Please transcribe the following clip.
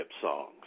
songs